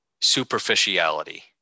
superficiality